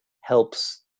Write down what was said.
helps